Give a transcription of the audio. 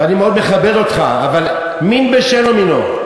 ואני מאוד מכבד אותך, אבל מין בשאינו מינו.